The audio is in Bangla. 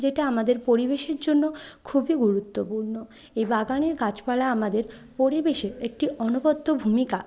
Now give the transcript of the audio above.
যেটা আমাদের পরিবেশের জন্য খুবই গুরুত্বপূর্ণ এই বাগানের গাছপালা আমাদের পরিবেশে একটি অনবদ্য ভূমিকা